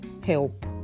help